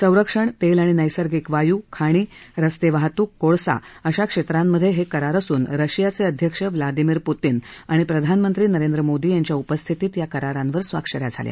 संरक्षण तेल आणि नैसर्गिक वायू खाणी रस्ते वाहतुक कोळसा इत्यादी क्षेत्रांमधे हे करार असून रशियाचे अध्यक्ष व्लादिमीर पुतीन आणि प्रधानमंत्री नरेंद्र मोदी यांच्या उपस्थितीत या करारांवर स्वाक्ष या झाल्या